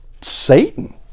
Satan